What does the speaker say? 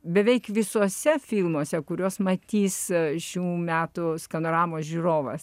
beveik visuose filmuose kuriuos matys šių metų skanoramos žiūrovas